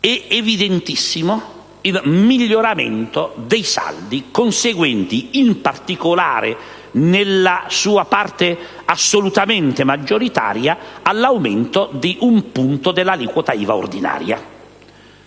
È evidentissimo il miglioramento dei saldi conseguente, in particolare, nella sua parte assolutamente maggioritaria, all'aumento di un punto dell'aliquota IVA ordinaria.